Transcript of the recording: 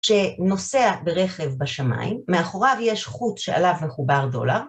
שנוסע ברכב בשמיים, מאחוריו יש חוט שעליו מחובר דולר.